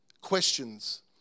Questions